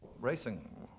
Racing